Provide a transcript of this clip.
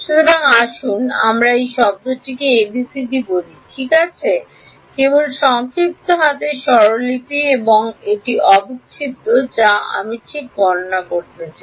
সুতরাং আসুন আমরা এই শব্দটিকে a b c d বলি ঠিক আছে কেবল সংক্ষিপ্ত হাতের স্বরলিপি এবং এটি অবিচ্ছেদ্য যা আমি ঠিক গণনা করতে চাই